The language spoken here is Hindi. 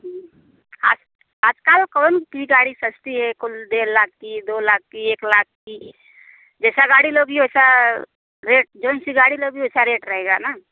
हम्म आज आज कल कौन सी गाड़ी सस्ती है कौन डेढ़ लाख की है दो लाख की एक लाख की जैसा गाड़ी लोगी वैसा रेट जोनसी गाड़ी लोगी वैसा रेट रहेगा ना